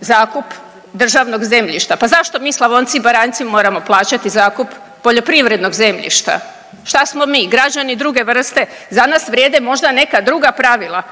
zakup državnog zemljišta pa zašto mi Slavonci i Baranjci moramo plaćati zakup poljoprivrednog zemljišta. Šta smo mi građani druge vrste, za nas vrijed možda neka druga pravila.